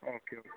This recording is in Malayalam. okay okay